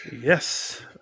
Yes